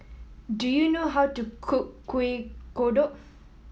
do you know how to cook Kueh Kodok